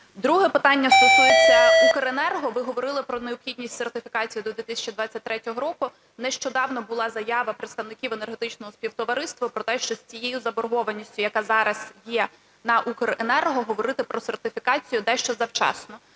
Друге питання стосується "Укренерго". Ви говорили про необхідність сертифікації до 2023 року. Нещодавно була заява представників Енергетичного Співтовариства про те, що з цією заборгованістю, яка зараз є на "Укренерго", говорити про сертифікацію дещо завчасно.